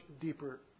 deeper